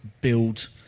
build